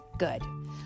good